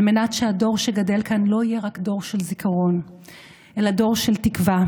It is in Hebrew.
על מנת שהדור שגדל כאן לא יהיה רק דור של זיכרון אלא דור של תקווה.